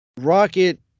Rocket